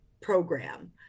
program